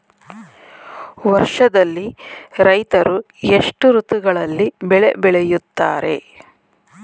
ವರ್ಷದಲ್ಲಿ ರೈತರು ಎಷ್ಟು ಋತುಗಳಲ್ಲಿ ಬೆಳೆ ಬೆಳೆಯುತ್ತಾರೆ?